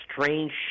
strange